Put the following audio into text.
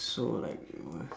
so like what